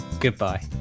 goodbye